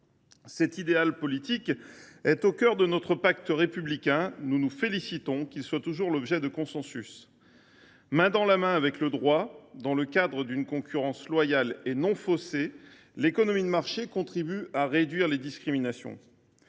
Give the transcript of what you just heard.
Cet idéal politique étant au cœur de notre pacte républicain, nous nous félicitons qu’il soit toujours objet de consensus. Main dans la main avec le droit, dans le cadre d’une concurrence loyale et non faussée, l’économie de marché contribue à réduire les discriminations.